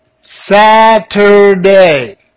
Saturday